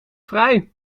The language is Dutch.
fraai